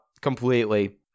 completely